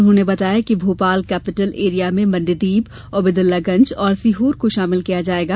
उन्होंने बताया कि भोपाल कैपिटल एरिया में मंडीदीप औबेदुल्लागंज और सीहोर को शामिल किया जायेगा